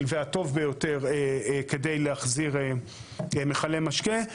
והטוב ביותר כדי להחזיר מכלי משקה,